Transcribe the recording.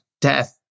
death